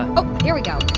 oh, here we go.